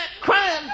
crying